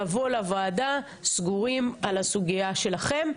נבוא לוועדה סגורים על הסוגייה שלכם.